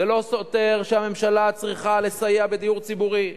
זה לא סותר את הצורך שהממשלה תסייע בדיור ציבורי,